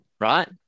Right